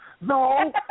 No